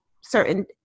certain